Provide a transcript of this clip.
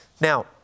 Now